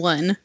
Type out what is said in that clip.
One